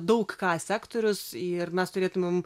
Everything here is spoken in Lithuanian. daug ką sektorius ir mes turėtumėm